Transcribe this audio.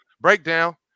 Breakdown